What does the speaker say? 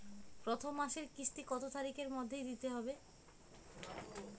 প্রথম মাসের কিস্তি কত তারিখের মধ্যেই দিতে হবে?